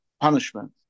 punishment